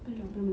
belum